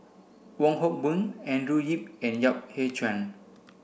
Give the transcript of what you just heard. Wong Hock Boon Andrew Yip and Yap Ee Chian